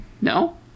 No